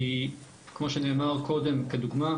כי כמו שנאמר קודם כדוגמה,